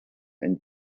and